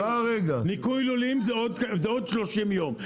ניקוי לולים זה עוד 30 יום,